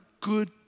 good